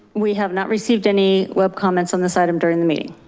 we have not received any web comments on this item during the meeting.